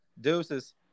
deuces